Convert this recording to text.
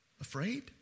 Afraid